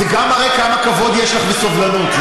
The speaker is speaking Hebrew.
זה גם מראה כמה כבוד יש לך, וסובלנות.